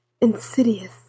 insidious